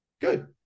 good